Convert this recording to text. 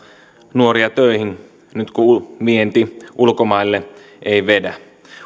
nuoria töihin nyt kun vienti ulkomaille ei vedä